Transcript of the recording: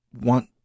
want